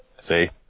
See